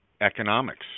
economics